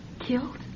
killed